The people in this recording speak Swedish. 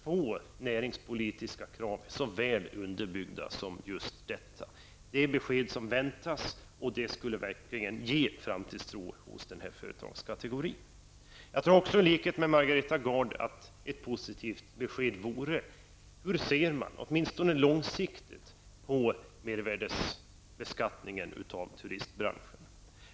Få näringspolitiska krav är så väl underbyggda som detta. Det är det besked som väntas, och det skulle verkligen ge en framtidstro hos denna företagskategori. I likhet med Margareta Gard tror jag också att ett positivt besked vore hur man åtminstone långsiktigt ser på mervärdebeskattningen av turistbranschen.